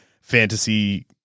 fantasy